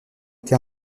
été